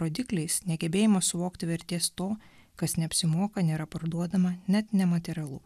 rodikliais negebėjimo suvokti vertės to kas neapsimoka nėra parduodama net nematerialu